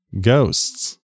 ghosts